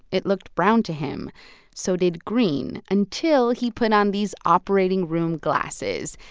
it looked brown to him so did green until he put on these operating room glasses.